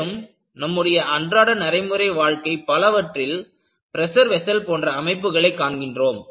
மேலும் நம்முடைய அன்றாட நடைமுறை வாழ்க்கை பலவற்றில் பிரஷர் வெஸ்ஸல் போன்ற அமைப்புகளை காண்கிறோம்